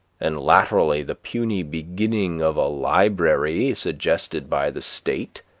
and latterly the puny beginning of a library suggested by the state,